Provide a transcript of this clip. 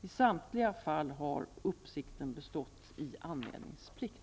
I samtliga fall har uppsikten bestått i anmälningsplikt.